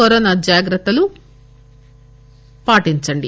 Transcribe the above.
corona జాగ్రత్తలు పాటించండి